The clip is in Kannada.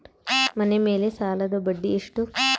ಮನೆ ಮೇಲೆ ಸಾಲದ ಬಡ್ಡಿ ಎಷ್ಟು?